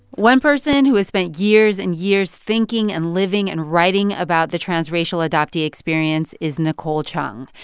one person who has spent years and years thinking and living and writing about the transracial adoptee experience is nicole chung.